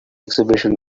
exhibition